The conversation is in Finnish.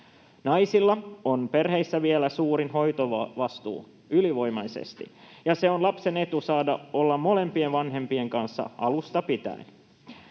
Naisilla on perheissä vielä suurin hoitovastuu, ylivoimaisesti, ja on lapsen etu saada olla molempien vanhempien kanssa alusta pitäen.